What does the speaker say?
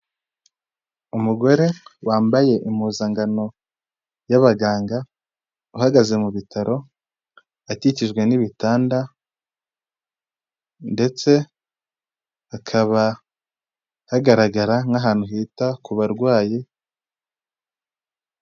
Umugore wambaye impuzankano y'abaganga, uhagaze mu bitaro, akikijwe n'ibitanda ndetse hakaba hagaragara nk'ahantu hita ku barwayi.